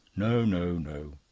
no, no, no.